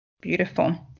Beautiful